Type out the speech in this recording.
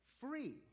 free